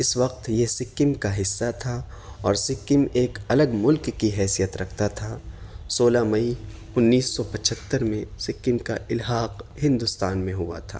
اس وقت یہ سکم کا حصہ تھا اور سکم ایک الگ ملک کی حیثیت رکھتا تھا سولہ مئی انیس سو پچہتر میں سکم کا الحاق ہندوستان میں ہوا تھا